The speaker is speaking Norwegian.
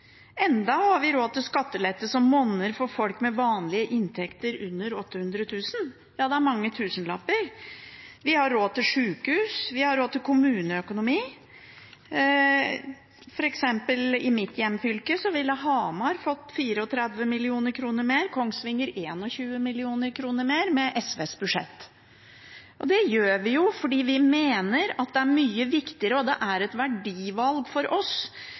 Enda har vi råd til skattelettelser som monner for folk med vanlige inntekter under 800 000 kr. Det er mange tusenlapper. Vi har råd til sykehus, og vi har råd til kommuneøkonomi. I mitt hjemfylke ville f.eks. Hamar fått 34 mill. kr mer og Kongsvinger 21 mill. kr mer med SVs budsjett. Det gjør vi fordi vi mener at det er mye viktigere – og det er et verdivalg for oss